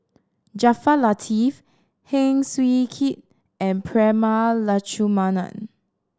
Jaafar Latiff Heng Swee Keat and Prema Letchumanan